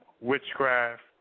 witchcraft